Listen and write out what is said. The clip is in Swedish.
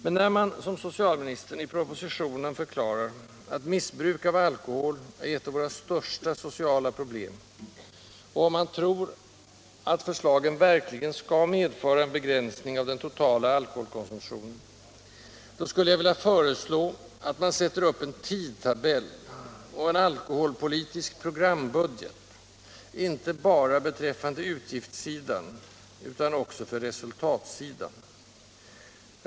Men när man, som socialministern, i propositionen förklarar att missbruk av alkohol är ett av våra största sociala problem, och om man tror att förslagen verkligen skall medföra en begränsning av den totala alkoholkonsumtionen, då skulle jag vilja föreslå att man sätter upp en tidtabell och en alkoholpolitisk programbudget, inte bara beträffande utgiftssidan utan också för resultatsidan.